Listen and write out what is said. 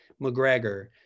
McGregor